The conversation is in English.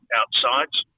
outsides